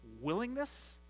willingness